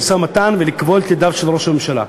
המשא-ומתן ולטרפד ולכבול את ידיו של ראש הממשלה.